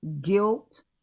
guilt